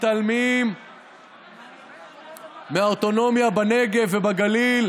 מתעלמים מהאוטונומיה של ערביי ישראל בנגב ובגליל,